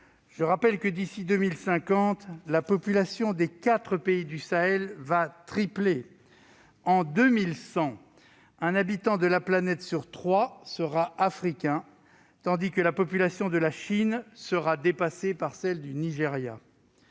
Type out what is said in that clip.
Je rappelle que, d'ici à 2050, la population des quatre pays du Sahel va tripler. En 2100, un habitant de la planète sur trois sera africain, tandis que la population de la Chine sera dépassée par celle du Nigéria.